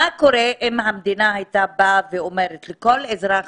מה קורה אם המדינה הייתה באה ואומרת "לכל אזרח